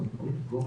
קדימה.